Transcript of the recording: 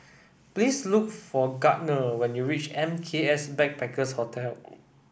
please look for Gardner when you reach M K S Backpackers Hostel